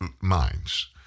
minds